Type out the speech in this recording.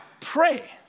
pray